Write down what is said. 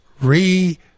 re